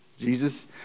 Jesus